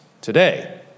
today